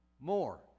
more